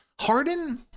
Harden